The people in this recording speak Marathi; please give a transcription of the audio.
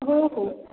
हो हो